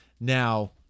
now